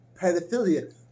pedophilia